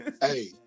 Hey